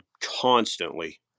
constantly